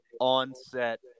on-set